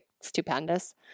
stupendous